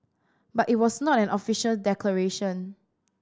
but it was not an official declaration